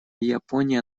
япония